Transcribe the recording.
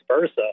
versa